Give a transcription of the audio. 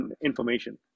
information